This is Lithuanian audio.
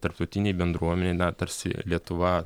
tarptautinėj bendruomenėj na tarsi lietuva